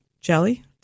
jelly